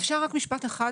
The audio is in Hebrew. אפשר רק משפט אחד?